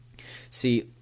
See